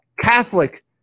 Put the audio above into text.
Catholic